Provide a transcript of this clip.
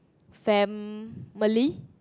family